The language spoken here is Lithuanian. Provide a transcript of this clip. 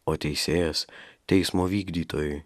o teisėjas teismo vykdytojui